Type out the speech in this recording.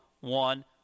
one